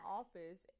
office